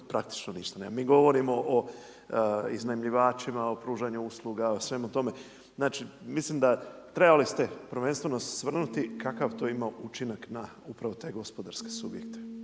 praktički ništa nema. Mi govorimo o iznajmljivačima, o pružanju usluga, o svemu tome znači mislim da trebali ste prvenstveno se osvrnuti kakav to ima učinak na upravo te gospodarske subjekte.